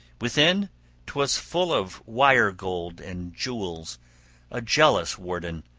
within twas full of wire-gold and jewels a jealous warden,